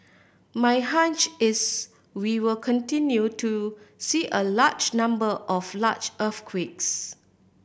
my hunch is we will continue to see a large number of large earthquakes